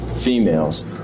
females